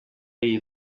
iyo